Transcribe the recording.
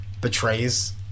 betrays